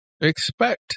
expect